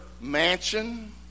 mansion